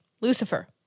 Lucifer